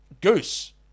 Goose